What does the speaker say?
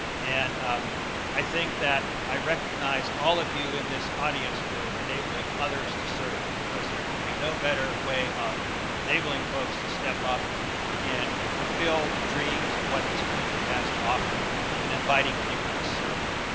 and um i think that i recognize all of you in this audience for enabling others to serve because there can be no better way of enabling folks to step up and fulfill the dreams of what this country has to offer than inviting people to serve.